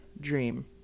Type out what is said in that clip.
dream